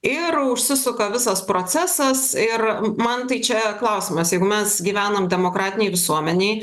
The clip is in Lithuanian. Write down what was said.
ir užsisuka visas procesas ir man tai čia klausimas jeigu mes gyvenam demokratinėj visuomenėj